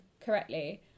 correctly